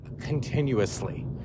continuously